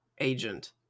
agent